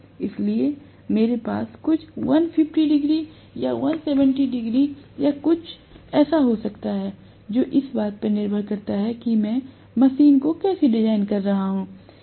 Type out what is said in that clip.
इसलिए मेरे पास कुछ 150 डिग्री या 170 डिग्री या ऐसा कुछ हो सकता है जो इस बात पर निर्भर करता है कि मैं मशीन को कैसे डिजाइन कर रहा हूं